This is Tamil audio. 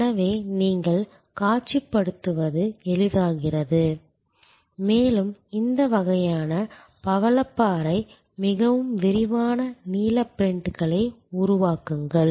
எனவே நீங்கள் காட்சிப்படுத்துவது எளிதாகிறது மேலும் இந்த வகையான பவளப்பாறை மிகவும் விரிவான நீலப் பிரிண்ட்களை உருவாக்குங்கள்